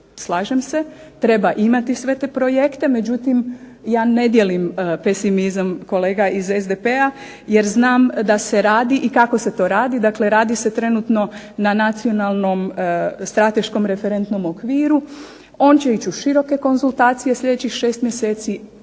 Slažem se, treba imati sve te projekte. Međutim, ja ne dijelim pesimizam kolega iz SDP-a jer znam da se radi i kako se to radi. Dakle, radi se trenutno na nacionalnom strateškom referentnom okviru. On će ići u široke konzultacije sljedećih šest mjeseci. Pozivam